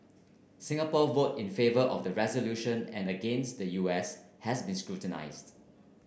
Singapore vote in favour of the resolution and against the U S has been scrutinised